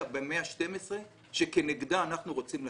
במאה ה-12 שכנגדה אנחנו רוצים לצאת.